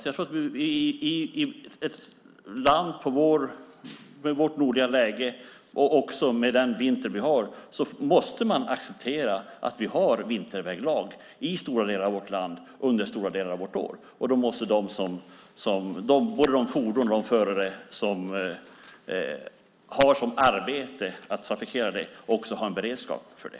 Jag tror att vi i ett land med vårt nordliga läge, med den vinter vi har, måste acceptera att vi har vinterväglag i stora delar av vårt land under stora delar av året. Då måste både de fordon och de förare som har som arbete att trafikera vägarna också ha beredskap för det.